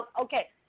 Okay